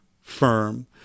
firm